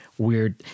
weird